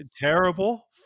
Terrible